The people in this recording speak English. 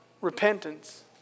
repentance